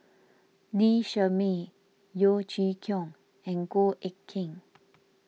Lee Shermay Yeo Chee Kiong and Goh Eck Kheng